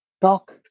Talk